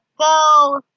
Go